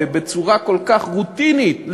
בצורה כל כך רוטינית,